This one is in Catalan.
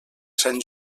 sant